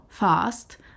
fast